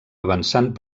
avançant